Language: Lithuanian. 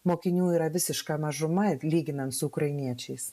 mokinių yra visiška mažuma lyginant su ukrainiečiais